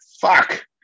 fuck